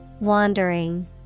Wandering